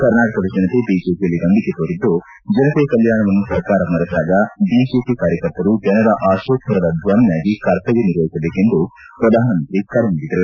ಕರ್ನಾಟಕದ ಜನತೆ ಬಿಜೆಪಿಯಲ್ಲಿ ನಂಬಿಕೆ ತೋರಿದ್ದು ಜನತೆಯ ಕಲ್ಕಾಣವನ್ನು ಸರ್ಕಾರ ಮರೆತಾಗ ಬಿಜೆಪಿ ಕಾರ್ಯಕರ್ತರು ಜನರ ಅಶೋತ್ತರದ ಧ್ವನಿಯಾಗಿ ಕರ್ತವ್ಯ ನಿರ್ವಹಿಸಬೇಕೆಂದು ಪ್ರಧಾನಮಂತ್ರಿ ಕರೆ ನೀಡಿದರು